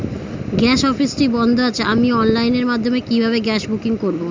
Gas অফিসটি বন্ধ আছে আমি অনলাইনের মাধ্যমে কিভাবে গ্যাস বুকিং করব?